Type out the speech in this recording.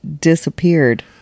disappeared